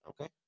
okay